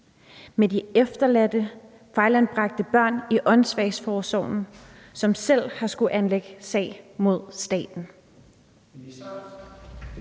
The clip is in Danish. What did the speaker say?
med de efterladte fejlanbragte børn i Åndssvageforsorgen, som selv har skullet anlægge sag mod staten?